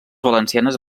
valencianes